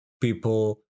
people